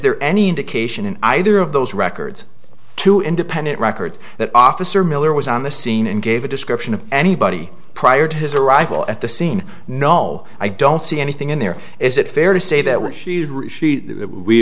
there any indication in either of those records two independent records that officer miller was on the scene and gave a description of anybody prior to his arrival at the scene no i don't see anything in there is it fair to say that whe